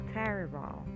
terrible